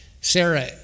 Sarah